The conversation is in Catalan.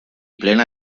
plena